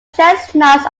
chestnuts